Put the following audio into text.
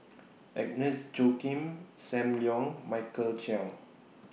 Agnes Joaquim SAM Leong Michael Chiang